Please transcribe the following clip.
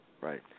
Right